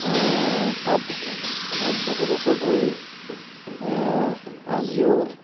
তাত বহু বছৰ ধৰি আজিও